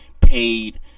paid